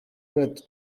gato